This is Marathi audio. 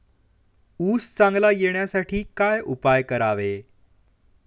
ऊस चांगला येण्यासाठी काय उपाय करावे?